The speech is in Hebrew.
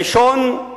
הראשון,